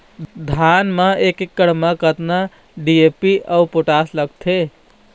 धान म एक एकड़ म कतका डी.ए.पी अऊ पोटास लगथे?